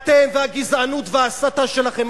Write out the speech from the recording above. אתם והגזענות וההסתה שלכם.